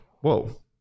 whoa